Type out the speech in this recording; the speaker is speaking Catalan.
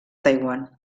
taiwan